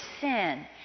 sin